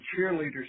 cheerleaders